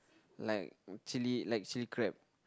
like chilli like chilli crab